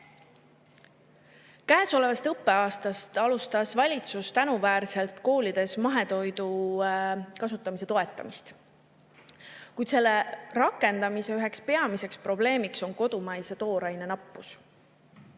tahtnud. Käesolevast õppeaastast alustas valitsus tänuväärselt koolides mahetoidu kasutamise toetamist. Kuid selle rakendamise üheks peamiseks probleemiks on kodumaise tooraine nappus.